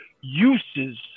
uses